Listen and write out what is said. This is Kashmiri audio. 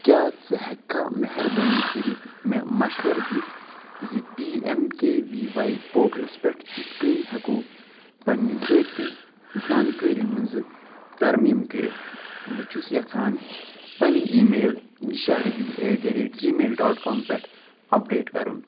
کیٛاہ ژٕ ہٮ۪ککھا مہربٲنی کٔرِتھ مےٚ مشورٕ دِتھ زِ P M K V Y portal پؠٹھ کِتھ کٔنۍ ہٮ۪کو پنٛنہِ ذٲتی زانٛکٲری منٛزٕ ترمیٖم کٔرتھ بہٕ چھُس یژھان پنٕنۍ ای میل نِشارڈی at the rate gmail dot com پٮ۪ٹھ اپڈیٹ کرُن